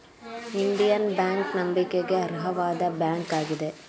Indian bank ನಂಬಿಕೆಗೆ ಅರ್ಹವಾದ bank ಆಗಿದೆ